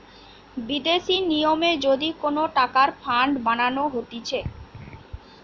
বিদেশি নিয়মে যদি কোন টাকার ফান্ড বানানো হতিছে